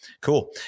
cool